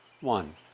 One